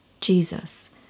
Jesus